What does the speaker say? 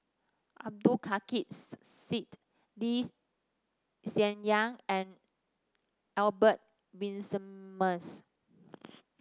Abdul Kadir Syed Lee Xian Yang and Albert Winsemius